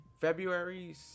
February